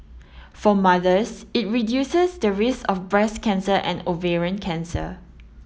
for mothers it reduces the risk of breast cancer and ovarian cancer